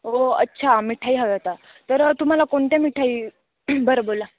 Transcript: ओ अच्छा मिठाई हव्या होता तर तुम्हाला कोणत्या मिठाई बरं बोला